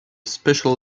special